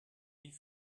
wie